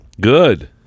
Good